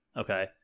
Okay